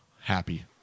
Happy